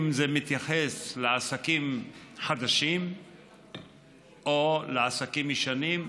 זה מתייחס לעסקים חדשים או לעסקים ישנים,